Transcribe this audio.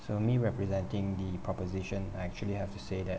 so me representing the proposition actually have to say that